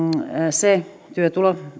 se